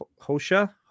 Hosha